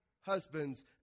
husbands